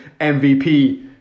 MVP